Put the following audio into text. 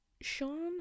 Sean